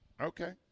okay